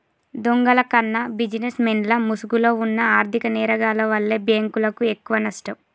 దొంగల కన్నా బిజినెస్ మెన్ల ముసుగులో వున్న ఆర్ధిక నేరగాల్ల వల్లే బ్యేంకులకు ఎక్కువనష్టం